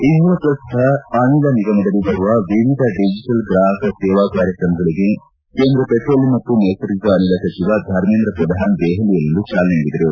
ಇಂಥಪ್ರಶ್ನ ಅನಿಲ ನಿಗಮದಡಿ ಬರುವ ವಿವಿಧ ಡಿಜೆಟಲ್ ಗ್ರಾಹಕ ಸೇವಾ ಕಾರ್ಯಕ್ರಮಗಳಿಗೆ ಕೇಂದ್ರ ಪೆಟ್ರೋಲಿಯಂ ಮತ್ತು ನೈಸರ್ಗಿಕ ಅನಿಲ ಸಚಿವ ಧರ್ಮೆಂದ್ರ ಪ್ರಧಾನ್ ದೆಹಲಿಯಲ್ಲಿಂದು ಚಾಲನೆ ನೀಡಿದರು